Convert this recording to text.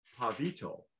Pavito